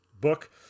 book